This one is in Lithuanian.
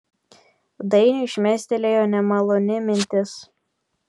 dainiui šmėstelėjo nemaloni mintis